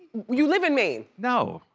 you live in maine? no.